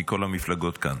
מכל המפלגות כאן,